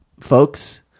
folks